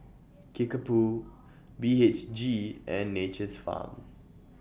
Kickapoo B H G and Nature's Farm